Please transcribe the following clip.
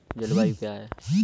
जलवायु क्या है?